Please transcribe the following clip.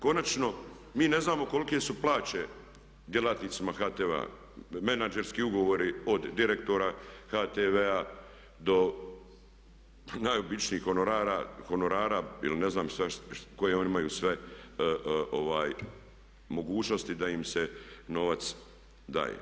Konačno mi ne znamo kolike su plaće djelatnicima HTV-a, menadžerski ugovori od direktora HTV-a do najobičnijih honorara ili ne znam koje oni imaju sve mogućnosti da im se novac daje.